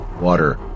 water